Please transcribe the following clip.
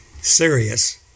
serious